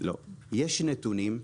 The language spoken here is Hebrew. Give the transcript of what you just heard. יש נתונים.